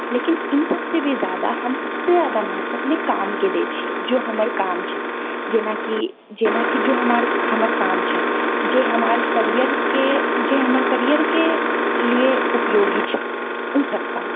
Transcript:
लेकिन इन सबसँ भी जादा हम सबसँ जादा महत्व अपने कामके दए छिऐ जँ हमर काम छै जेनाकि जेनाकि जँ हमार हमर काम छै जे हमार करिअरके जे हमर करिअरके लिए उपयोगी छै ओ सभ काम